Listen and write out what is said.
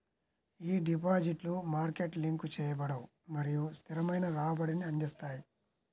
ఈ డిపాజిట్లు market link చేయబడవు మరియు స్థిరమైన రాబడిని అందిస్తాయి